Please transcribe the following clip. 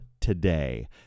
today